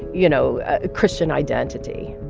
you know, ah christian identity